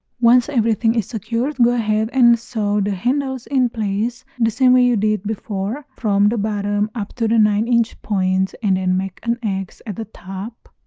once everything is secured go ahead and sew the handles in place the same way you did before from the bottom up to the nine inch point and then make an x at the top